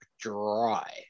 dry